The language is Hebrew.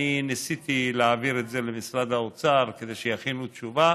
ניסיתי להעביר את זה למשרד האוצר כדי שיכינו תשובה,